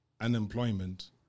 unemployment